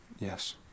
yes